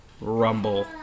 Rumble